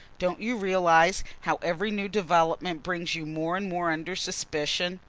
don't you realise how every new development brings you more and more under suspicion?